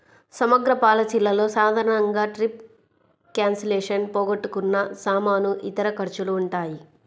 సమగ్ర పాలసీలలో సాధారణంగా ట్రిప్ క్యాన్సిలేషన్, పోగొట్టుకున్న సామాను, ఇతర ఖర్చులు ఉంటాయి